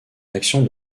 action